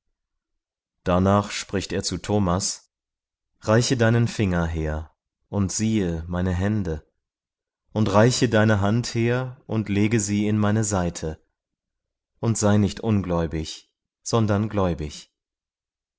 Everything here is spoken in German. darnach spricht er zu thomas reiche deinen finger her und siehe meine hände und reiche dein hand her und lege sie in meine seite und sei nicht ungläubig sondern gläubig